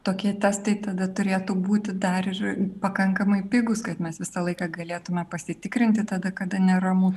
tokie testai tada turėtų būti dar ir pakankamai pigūs kad mes visą laiką galėtume pasitikrinti tada kada neramu